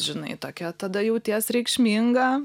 žinai tokia tada jauties reikšminga